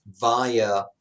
via